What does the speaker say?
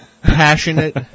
passionate